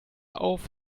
auf